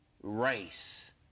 race